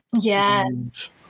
yes